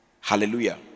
Hallelujah